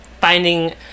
finding